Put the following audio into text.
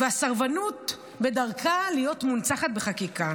והסרבנות בדרכה להיות מונצחת בחקיקה.